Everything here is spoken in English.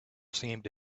seemed